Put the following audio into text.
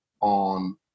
on